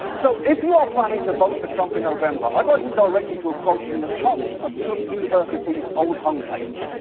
so if you are planning to vote for trump in november, i'd like to direct you to a quote from the top of trump university's old homepage,